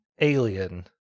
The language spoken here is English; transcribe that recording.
alien